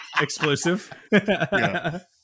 exclusive